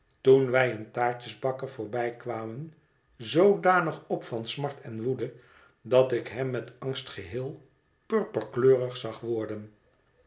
toen wij een taartjesbakker voorbijkwamen zoodanig op van smart en woede dat ik hem met angst geheel purperkleurig zag worden